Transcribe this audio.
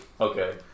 Okay